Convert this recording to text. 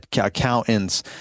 accountants